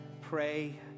pray